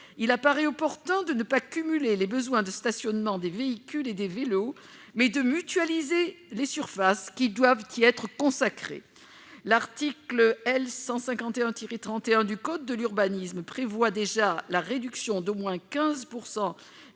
il paraît opportun non pas de cumuler les besoins de stationnement des véhicules et des vélos, mais de mutualiser les surfaces qui doivent y être consacrées. L'article L. 151-31 du code de l'urbanisme prévoit déjà la réduction d'au moins 15